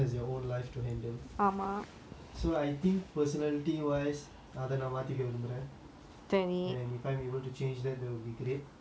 so I think personality wise அத நான் மாத்திக்க விரும்புறேன்:atha naa mathikka virumburaen and if I'm able to change that that'll be great I mean now lesser and lesser lah